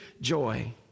joy